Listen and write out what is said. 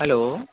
hello